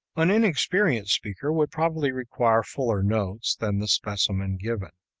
an inexperienced speaker would probably require fuller notes than the specimen given.